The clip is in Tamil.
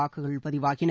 வாக்குகள் பதிவாகின